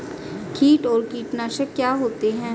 कीट और कीटनाशक क्या होते हैं?